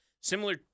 similar